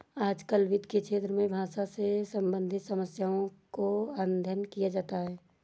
आजकल वित्त के क्षेत्र में भाषा से सम्बन्धित समस्याओं का अध्ययन किया जाता है